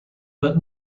but